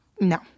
no